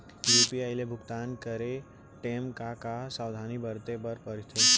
UPI ले भुगतान करे टेम का का सावधानी बरते बर परथे